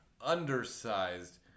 undersized